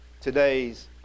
today's